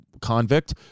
convict